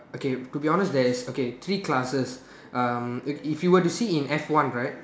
okay to be honest there is okay three classes um if you were to see in F one right